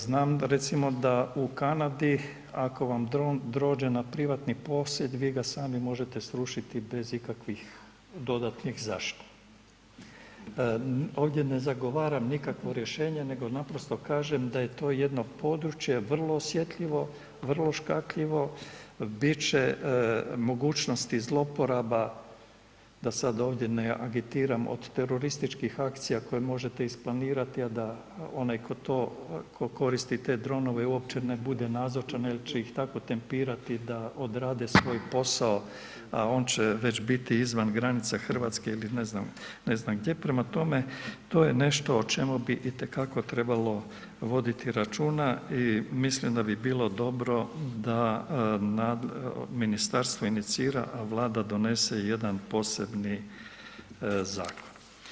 Znam da, recimo, da u Kanadi, ako vam dron dođe na privatni posjed, vi ga sami možete srušiti bez ikakvih dodatnih ... Ovdje ne zagovaram nikakvo rješenje nego naprosto kažem da je to jedno područje vrlo osjetljivo, vrlo škakljivo, bit će mogućnosti zlouporaba, da sad ovdje ne agitiram, od terorističkih akcija koje možete isplanirati, a da onaj tko koristi te dronove uopće ne bude nazočan jer će ih tako tempirati da odrade svoj posao, on će već biti izvan granica Hrvatske ili ne znam gdje, prema tome, to je nešto o čemu bi itekako trebalo voditi računa i mislim da bi bilo dobro da ministarstvo inicira, a Vlada donese jedan posebni zakon.